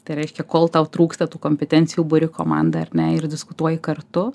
tai reiškia kol tau trūksta tų kompetencijų buri komandą ar ne ir diskutuoji kartu